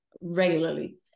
regularly